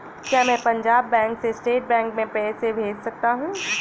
क्या मैं पंजाब बैंक से स्टेट बैंक में पैसे भेज सकता हूँ?